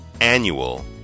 Annual